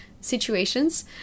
situations